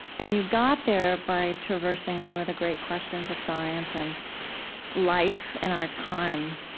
and you got there by traversing some of the great questions of science and life in our time.